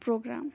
program